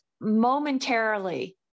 momentarily